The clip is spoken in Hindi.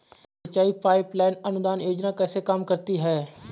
सिंचाई पाइप लाइन अनुदान योजना कैसे काम करती है?